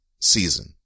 season